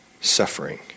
suffering